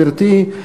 גברתי,